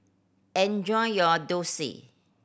enjoy your dosa